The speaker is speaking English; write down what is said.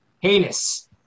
heinous